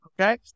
okay